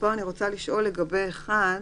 אני רוצה לשאול לגבי (1).